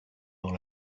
dans